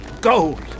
Gold